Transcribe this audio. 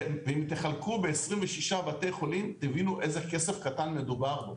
ואם תחלקו ב-26 בתי חולים אתם תבינו באיזה כסף קטן מדובר.